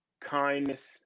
kindness